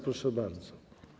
Proszę bardzo.